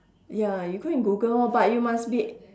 ya you go and google orh but you must be